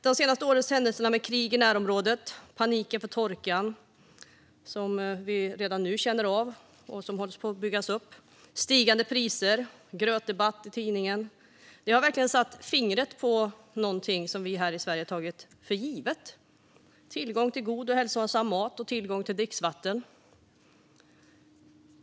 De senaste årens händelser - krig i närområdet, den panik inför torkan som vi redan nu känner av och som håller på att byggas upp, stigande priser och grötdebatt i tidningen - har verkligen satt fingret på någonting som vi här i Sverige har tagit för givet, nämligen tillgång till god och hälsosam mat och tillgång till dricksvatten.